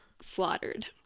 slaughtered